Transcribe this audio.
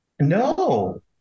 No